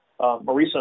Marisa